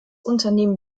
unternehmen